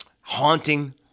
haunting